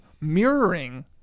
mirroring